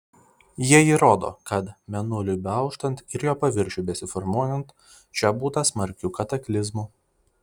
jie įrodo kad mėnuliui beauštant ir jo paviršiui besiformuojant čia būta smarkių kataklizmų